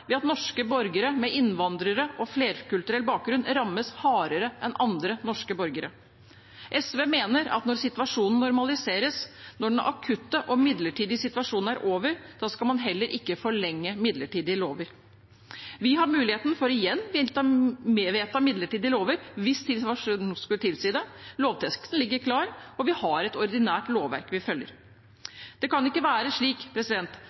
ved at norske borgere med innvandrerbakgrunn og flerkulturell bakgrunn rammes hardere enn andre norske borgere. SV mener at når situasjonen normaliseres, når den akutte og midlertidige situasjonen er over, skal man heller ikke forlenge midlertidige lover. Vi har muligheten for igjen å vedta midlertidige lover hvis situasjonen skulle tilsi det. Lovteksten ligger klar, og vi har et ordinært lovverk vi følger. Det kan ikke være slik